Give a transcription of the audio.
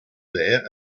there